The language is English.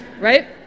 right